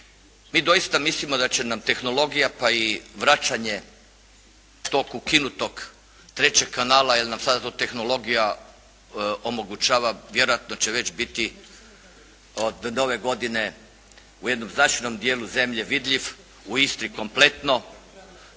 Mi doista mislimo da će nam tehnologija pa i vraćanje tog ukinutog trećeg kanala jer nam sada to tehnologija omogućava. Vjerojatno će već biti od nove godine u jednom značajnom dijelu zemlje vidljiv, u Istri kompletno.